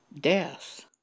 death